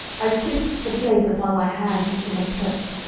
i kissed the place upon my hand which she had touched,